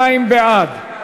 42 בעד,